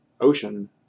ocean